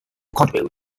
contribute